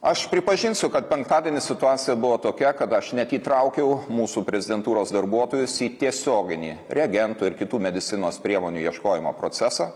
aš pripažinsiu kad penktadienį situacija buvo tokia kad aš net įtraukiau mūsų prezidentūros darbuotojus į tiesioginį reagentų ir kitų medicinos priemonių ieškojimo procesą